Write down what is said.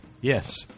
yes